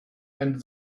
and